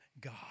God